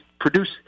produce